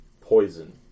Poison